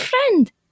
friend